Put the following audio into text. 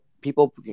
people